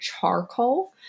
charcoal